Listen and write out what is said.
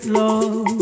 love